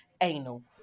anal